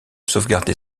sauvegarder